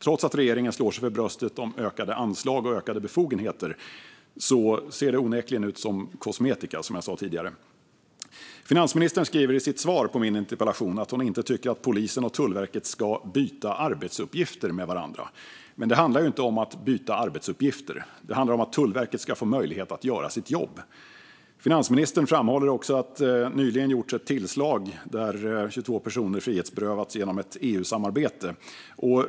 Trots att regeringen slår sig för bröstet när det gäller ökade anslag och ökade befogenheter ser det onekligen ut som kosmetika, som jag sa tidigare. Finansministern säger i sitt svar på min interpellation att hon inte tycker att polisen och Tullverket ska byta arbetsuppgifter med varandra. Men det handlar inte om att byta arbetsuppgifter. Det handlar om att Tullverket ska få möjlighet att göra sitt jobb. Finansministern framhåller också att det nyligen gjorts ett tillslag, där 22 personer frihetsberövats genom ett EU-samarbete.